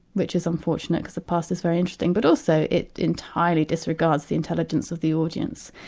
which is unfortunate, because the past is very interesting, but also it entirely disregards the intelligence of the audience.